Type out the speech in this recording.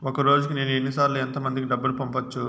ఒక రోజుకి నేను ఎన్ని సార్లు ఎంత మందికి డబ్బులు పంపొచ్చు?